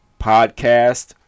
podcast